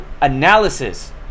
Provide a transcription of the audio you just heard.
analysis